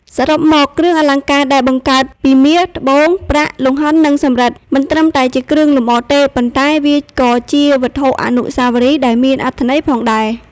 សរុបមក គ្រឿងអលង្ការដែលបង្កើតពីមាស ត្បូង ប្រាក់ លង្ហិន និងសំរិទ្ធ មិនត្រឹមតែជាគ្រឿងលម្អទេ ប៉ុន្តែវាក៏ជាវត្ថុអនុស្សាវរីយ៍ដែលមានអត្ថន័យផងដែរ។